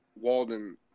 Walden